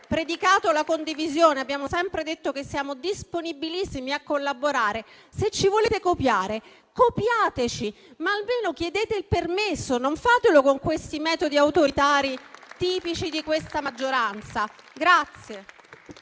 predicato la condivisione, abbiamo sempre detto che siamo disponibilissimi a collaborare, se ci volete copiare, copiateci, ma almeno chiedete il permesso, non fatelo con questi metodi autoritari tipici di questa maggioranza.